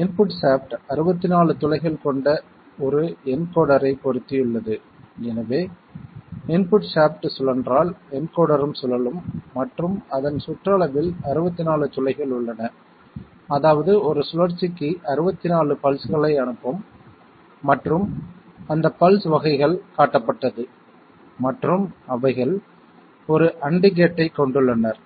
input shaft 64 துளைகள் கொண்ட ஒரு என்கோடரை பொருத்தியுள்ளது எனவே இன்புட் ஷாப்ட் சுழன்றால் என்கோடரும் சுழலும் மற்றும் அதன் சுற்றளவில் 64 துளைகள் உள்ளன அதாவது ஒரு சுழற்சிக்கு 64 பல்ஸ்களை அனுப்பும் மற்றும் அந்த பல்ஸ் வகைகள் காட்டப்பட்டது மற்றும் அவைகள் ஒரு AND கேட் ஐக் கொண்டுள்ளனர்